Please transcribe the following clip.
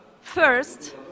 First